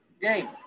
game